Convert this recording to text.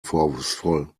vorwurfsvoll